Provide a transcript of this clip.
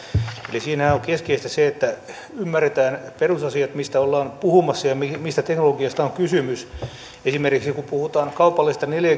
eli siinähän on keskeistä se että ymmärretään perusasiat mistä ollaan puhumassa ja se mistä teknologiasta on kysymys esimerkiksi kun puhutaan kaupallisesta neljä